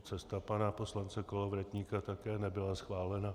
Cesta pana poslance Kolovratníka také nebyla schválena.